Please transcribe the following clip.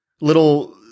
little